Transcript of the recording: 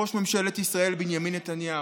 ראש ממשלת ישראל בנימין נתניהו.